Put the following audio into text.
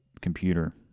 computer